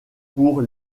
pour